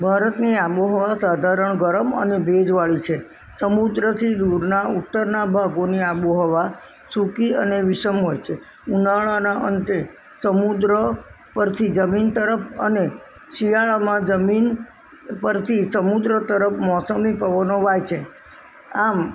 ભારતની આબોહવા સાધારણ ગરમ અને ભેજવાળી છે સમુદ્રથી દૂરના ઉત્તરના ભાગોની આબોહવા સૂકી અને વિષમ હોય છે ઉનાળાના અંતે સમુદ્ર પરથી જમીન તરફ અને શિયાળામાં જમીન પરથી સમુદ્ર તરફ મોસમી પવનો વાય છે આમ